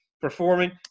performing